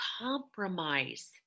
compromise